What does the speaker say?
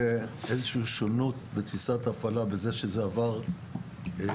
איזושהי שונות בתפיסת ההפעלה בזה שזה עבר לשב"ס,